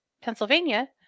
Pennsylvania